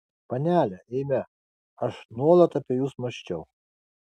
panele eime aš nuolat apie jus mąsčiau